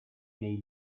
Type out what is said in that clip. nei